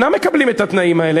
הם אינם מקבלים את התנאים האלה.